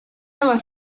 nueva